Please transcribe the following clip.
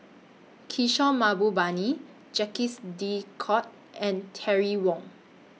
Kishore Mahbubani Jacques De Coutre and Terry Wong